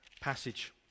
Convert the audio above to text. passage